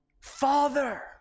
Father